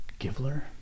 Givler